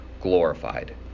glorified